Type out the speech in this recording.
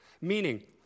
meaning